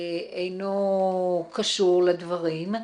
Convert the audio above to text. אינו קשור לדברים,